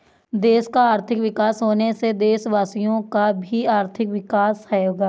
देश का आर्थिक विकास होने से देशवासियों का भी आर्थिक विकास होगा